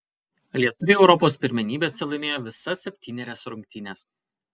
lietuviai europos pirmenybėse laimėjo visas septynerias rungtynes